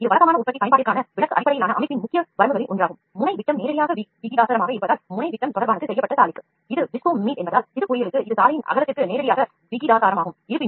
வழக்கமான உற்பத்தி பயன்பாட்டில் பிதிர்வு அடிப்படையிலான அமைப்பின் முக்கிய வரம்பு யாதெனில் முனைவிட்டமும் செய்யப்படும் சாலையும் நேரடியாக விகிதாசாரமாக இருக்கின்றன